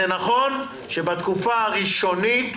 נכון שבתקופה הראשונית,